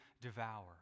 devour